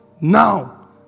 now